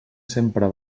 sempre